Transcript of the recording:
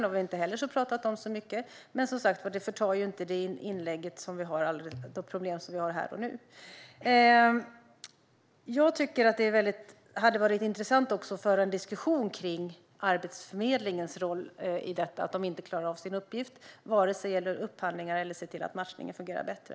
Det har vi inte heller talat om så mycket, men det gör inte det problem som vi har här och nu mindre. Jag tycker att det skulle ha varit intressant att föra en diskussion om Arbetsförmedlingens roll och att de inte klarar av sin uppgift vare sig när det gäller upphandlingar eller att se till att matchningen fungerar bättre.